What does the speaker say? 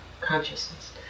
consciousness